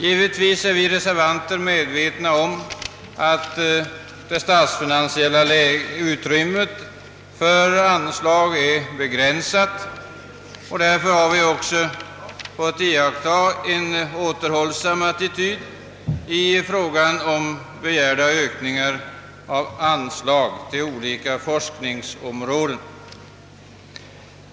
Givetvis är vi reservanter medvetna om att det statsfinansiella utrymmet för anslag är begränsat. Därför har vi också iakttagit en återhållsam attityd när det gällt att begära ökningar av anslagen till olika forskningsområden.